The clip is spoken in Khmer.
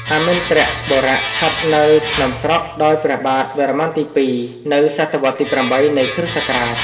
អម្រិន្ទបុរៈ ស្ថិតនៅ ភ្នំស្រុក ដោយព្រះបាទវរ្ម័នទី២ នៅសតវត្សរ៍ទី៨ នៃ គ្រិស្តសករាជ ។